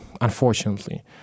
unfortunately